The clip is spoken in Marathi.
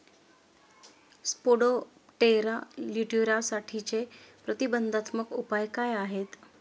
स्पोडोप्टेरा लिट्युरासाठीचे प्रतिबंधात्मक उपाय काय आहेत?